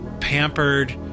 pampered